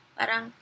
Parang